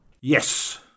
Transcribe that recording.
Yes